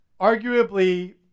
arguably